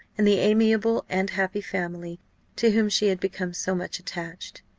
and the amiable and happy family to whom she had become so much attached.